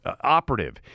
operative